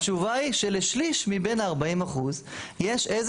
התשובה היא לשליש מבין ה-40% יש איזה